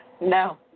No